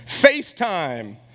FaceTime